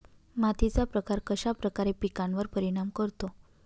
मातीचा प्रकार कश्याप्रकारे पिकांवर परिणाम करतो?